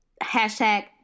hashtag